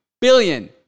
billion